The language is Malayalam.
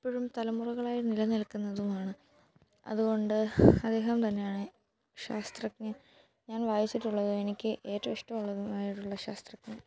എപ്പോഴും തലമുറകളായി നിലനിൽക്കുന്നതും ആണ് അതുകൊണ്ട് അദ്ദേഹം തന്നെയാണ് ശാസ്ത്രജ്ഞൻ ഞാൻ വായിച്ചിട്ടുള്ളതും എനിക്ക് ഏറ്റവും ഇഷ്ടമുള്ളതും ആയിട്ടുള്ള ഒരു ശാസ്ത്രജ്ഞൻ